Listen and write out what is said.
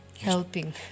helping